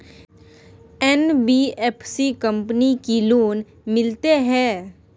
NBFC company की loan मिलते है?